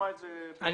אני